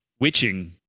witching